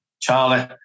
Charlie